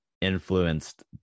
influenced